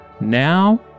Now